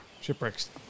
Shipwrecks